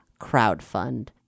crowdfund